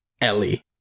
Ellie